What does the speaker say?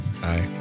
Bye